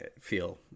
feel